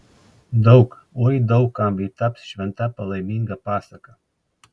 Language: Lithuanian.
daug oi daug kam ji taps šventa palaiminga pasaka